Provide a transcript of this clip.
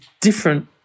different